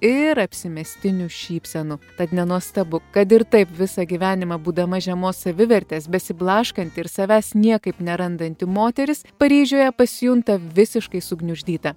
ir apsimestinių šypsenų tad nenuostabu kad ir taip visą gyvenimą būdama žemos savivertės besiblaškanti ir savęs niekaip nerandanti moteris paryžiuje pasijunta visiškai sugniuždyta